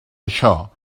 això